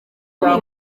bya